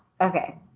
okay